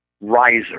riser